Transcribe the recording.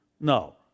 No